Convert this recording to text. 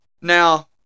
now